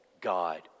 God